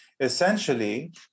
Essentially